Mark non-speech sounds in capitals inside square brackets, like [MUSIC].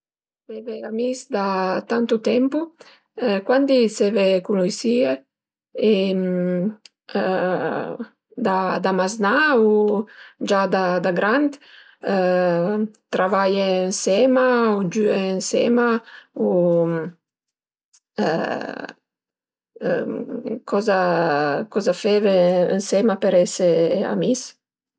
Seve amis da tantu temp. Cuandi i seve cunuisìe? [HESITATION] Da maznà u gia da grand? Travaie ënsema u giue ënsema u [HESITATION] coza coza feve ënsema për esi amis?